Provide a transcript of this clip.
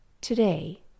Today